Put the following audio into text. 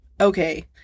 Okay